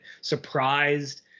surprised